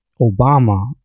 Obama